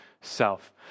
self